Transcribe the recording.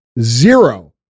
zero